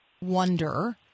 Wonder